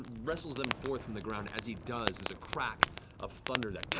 wrestles them forth from the ground. as he does, there's a crack of thunder that